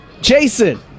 Jason